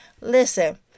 Listen